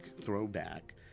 throwback